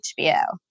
HBO